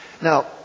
Now